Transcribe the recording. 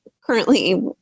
currently